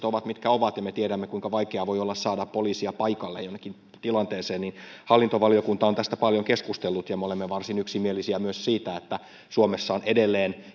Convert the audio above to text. ovat mitkä ovat ja me tiedämme kuinka vaikeaa voi olla saada poliisia paikalle jonnekin tilanteeseen ja hallintovaliokunta on tästä paljon keskustellut ja me olemme varsin yksimielisiä myös siitä että suomessa on edelleen